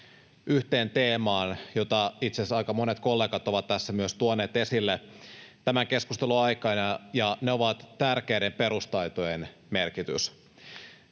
yhteen teemaan, jota itse asiassa aika monet kollegat ovat tässä myös tuoneet esille tämän keskustelun aikana, ja se on tärkeiden perustaitojen merkitys.